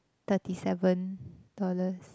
thirty seven dollars